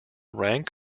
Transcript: rank